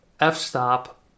f-stop